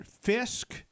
Fisk